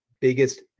biggest